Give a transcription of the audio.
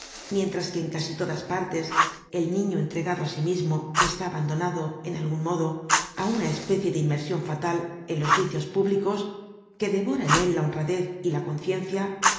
mientras que en casi todas partes el niño entregado á sí mismo está abandonado en algun modo á una especie de inmersion fatal en los vicios públicos que devora en él la honradez y la conciencia